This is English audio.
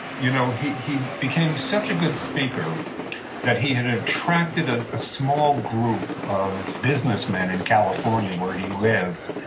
you know he he became such a good speaker that he had had attracted ah a small group of businessmen in california where he lived,